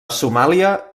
somàlia